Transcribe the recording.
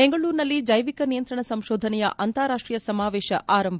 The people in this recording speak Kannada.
ಬೆಂಗಳೂರಿನಲ್ಲಿ ಜೈವಿಕ ನಿಯಂತ್ರಣ ಸಂಶೋಧನೆಯ ಅಂತಾರಾಷ್ಪೀಯ ಸಮಾವೇಶ ಆರಂಭ